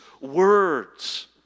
words